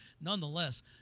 nonetheless